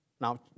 Now